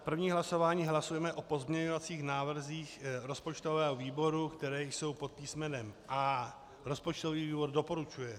První hlasování, hlasujeme o pozměňovacích návrzích rozpočtového výboru, které jsou pod písmenem A. Rozpočtový výbor doporučuje.